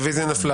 הרביזיה נדחתה.